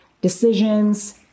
decisions